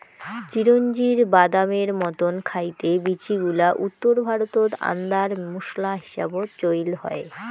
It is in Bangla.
চিরোঞ্জির বাদামের মতন খাইতে বীচিগুলা উত্তর ভারতত আন্দার মোশলা হিসাবত চইল হয়